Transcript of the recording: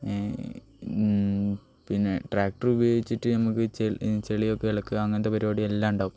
പിന്നേ ട്രാക്ടറുപയോഗിച്ചിട്ട് നമുക്ക് ചെളിയൊക്കെ ഇളക്കുക അങ്ങനത്തെ പരിപാടിയെല്ലാം ഉണ്ടാവും